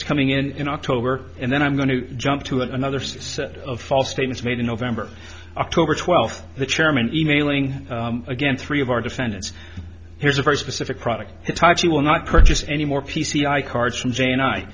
statements coming in in october and then i'm going to jump to another set of false statements made in november october twelfth the chairman emailing again three of our defendants here's a very specific product itachi will not purchase any more p c i cards from jay and i